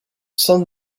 san